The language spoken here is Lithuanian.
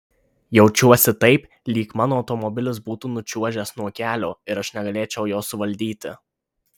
jaučiuosi taip lyg mano automobilis būtų nučiuožęs nuo kelio ir aš negalėčiau jo suvaldyti